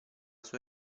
sua